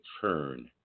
turn